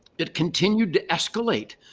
it continued to escalate,